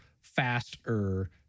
faster